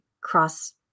cross